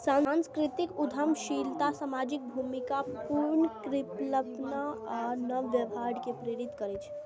सांस्कृतिक उद्यमशीलता सामाजिक भूमिका पुनर्कल्पना आ नव व्यवहार कें प्रेरित करै छै